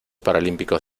paralímpicos